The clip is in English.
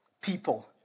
people